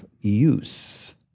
use